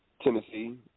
Tennessee